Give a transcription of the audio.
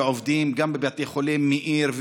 ועובדים גם בבתי חולים מאיר,